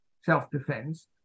self-defense